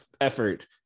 effort